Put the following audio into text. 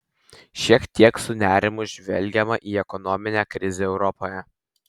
šiek tiek su nerimu žvelgiama į ekonominę krizę europoje